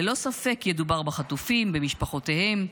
ללא ספק ידובר בחטופים ובמשפחותיהם,